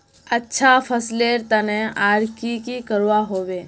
अच्छा फसलेर तने आर की की करवा होबे?